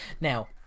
now